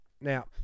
Now